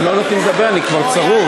הם לא נותנים לדבר, אני כבר צרוד.